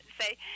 say